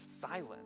silence